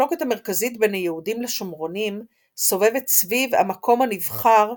המחלוקת המרכזית בין היהודים לשומרונים סובבת סביב "המקום הנבחר"